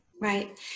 Right